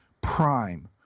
prime